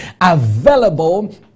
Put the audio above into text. available